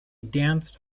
danced